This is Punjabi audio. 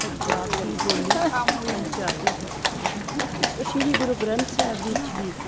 ਪੰਜਾਬ ਦੀ ਬੋਲੀ ਪੰਜਾਬੀ ਹੈ ਸ੍ਰੀ ਗੁਰੂ ਗ੍ਰੰਥ ਸਾਹਿਬ ਵਿੱਚ ਵੀ